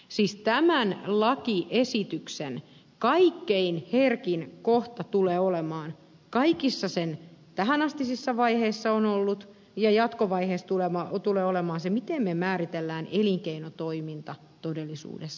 siis tämän lakiesityksen kaikkein herkin kohta tulee olemaan kaikissa sen tähänastisissa vaiheissa on ollut ja jatkovaiheissa tulee olemaan se miten me määrittelemme elinkeinotoiminnan todellisuudessa